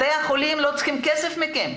בתי החולים לא צריכים כסף מכם,